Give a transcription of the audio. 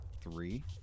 three